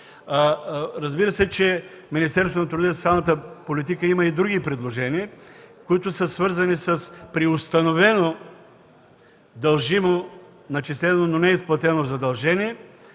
Разбира се, че Министерството на труда и социалната политика има и други предложения, свързани с преустановеното, дължимо, начислено, но неизплатено задължение